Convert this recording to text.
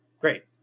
Great